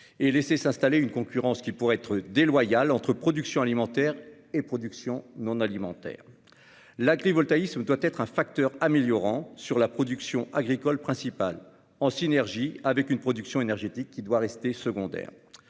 ni laisser s'installer une concurrence potentiellement déloyale entre production alimentaire et production non alimentaire. L'agrivoltaïsme doit être un facteur d'amélioration de la production agricole principale, en synergie avec une production énergétique qui doit rester secondaire.